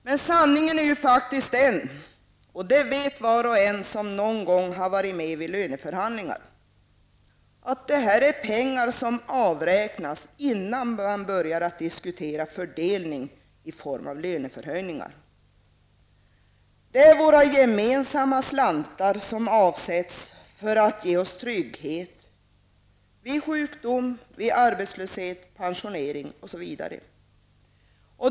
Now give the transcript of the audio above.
Men sanningen är faktiskt den, och det vet var och en som någon gång varit med vid löneförhandlingar, att det här är pengar som avräknas innan man börjar diskutera fördelning i form av löneförhöjningar. Det är våra gemensamma slantar som avsätts för att ge oss trygghet vid sjukdom, arbetslöshet, pensionering osv.